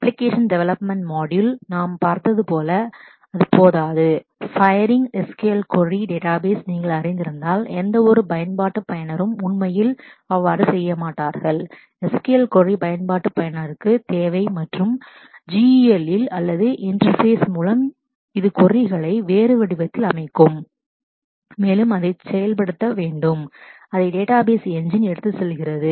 application development module application development module நாம் பார்த்தது போல அது போதாது firing SQL query firing SQL query database நீங்கள் அறிந்திருந்தால் எந்தவொரு பயன்பாட்டு பயனரும் உண்மையில் அவ்வாறு செய்ய மாட்டார்கள் SQL கொரி பயன்பாட்டு பயனருக்கு தேவை மற்றும் GUI இல் அல்லது இன்டெர்பேஸ் interface இதன் மூலம் இது கொரிகளை queries வேறு வடிவத்தில் வைக்கும் மேலும் அதைச் செயல்படுத்த வேண்டும் அதை டேட்டாபேஸ் என்ஜின் engine எடுத்துச் செல்கிறது